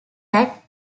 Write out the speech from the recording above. that